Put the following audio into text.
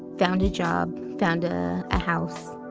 found a job, found, ah a house.